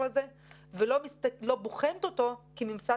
רק לפני שבוע או שבועיים ביקשה הממשלה לדחות את